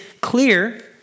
clear